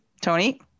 Tony